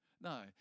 No